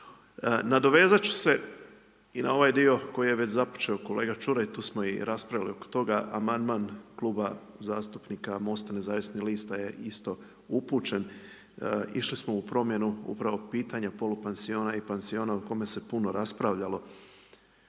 Nadovezati ću se i na ovaj dio koji je već započeo kolega Čuraj, tu smo i raspravili oko toga amandman Kluba zastupnika MOST-a nezavisnih lista je isto upućen. Išli smo u pitanju upravo pitanja polupansiona i pansiona o kome se puno raspravljalo